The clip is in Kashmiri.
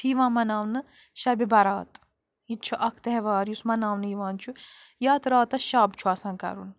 چھِ یِوان مناونہٕ شبہِ بَرات یہِ تہِ چھ اَکھ تیٚہوار یُس مناونہٕ یِوان چھُ یَتھ راتس شب چھُ آسان کَرُن